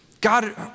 God